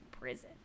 prison